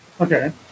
Okay